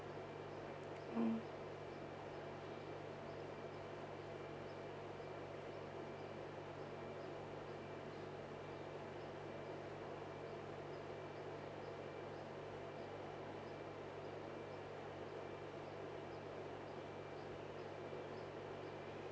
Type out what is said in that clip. mm